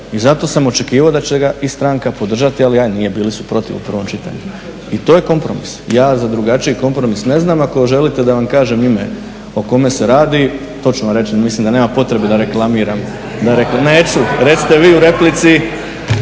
i zato sam očekivao da će ga i stranka podržati, ali ajde, nije, bili su protiv u prvom čitanju. I to je kompromis. Ja za drugačiji kompromis ne znam, ako želite da vam kažem ime o kome se radi, to ću vam reći, mislim da nema potrebe da reklamiram, neću. Recite vi u replici,